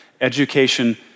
education